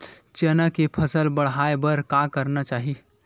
चना के फसल बढ़ाय बर का करना चाही?